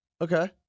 Okay